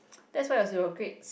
that's why it was your grades